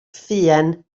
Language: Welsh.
ffeuen